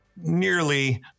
nearly